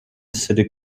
city